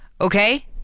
okay